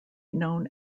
known